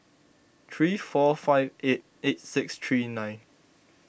three four five eight eight six three nine